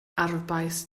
arfbais